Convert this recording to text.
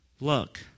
Look